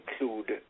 include